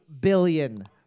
billion